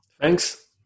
thanks